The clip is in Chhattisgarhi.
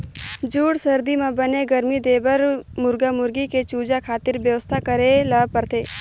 जूड़ सरदी म बने गरमी देबर मुरगा मुरगी के चूजा खातिर बेवस्था करे ल परथे